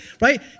Right